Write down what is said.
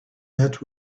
met